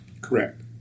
Correct